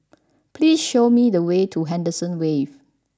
please show me the way to Henderson Wave